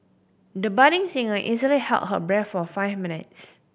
the budding singer easily held her breath for five minutes